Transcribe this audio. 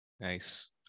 Nice